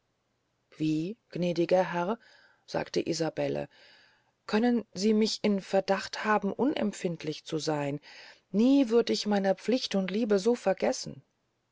wie gnädiger herr sagte isabelle können sie mich in verdacht haben unempfindlich zu seyn nie würd ich meiner pflicht und liebe so vergessen